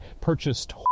purchased